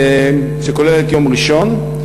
שכולל את יום ראשון,